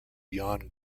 jan